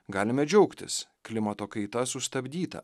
galime džiaugtis klimato kaita sustabdyta